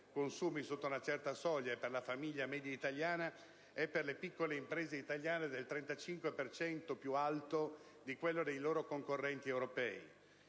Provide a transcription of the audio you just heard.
consumi sotto una certa soglia e per la famiglia media italiana, per le piccole imprese italiane è del 35 per cento più alto di quello dei loro concorrenti europei.